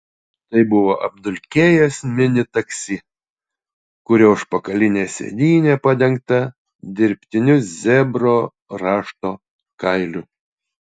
tai buvo apdulkėjęs mini taksi kurio užpakalinė sėdynė padengta dirbtiniu zebro rašto kailiu